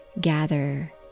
gather